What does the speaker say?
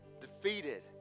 defeated